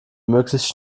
möglichst